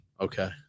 Okay